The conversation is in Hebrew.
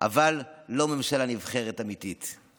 אבל לא ממשלה נבחרת אמיתית.